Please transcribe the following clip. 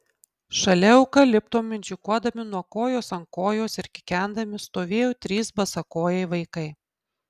šalia eukalipto mindžikuodami nuo kojos ant kojos ir kikendami stovėjo trys basakojai vaikai